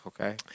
Okay